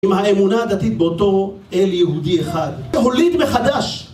עם האמונה הדתית באותו אל יהודי אחד. הוליד מחדש!